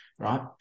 right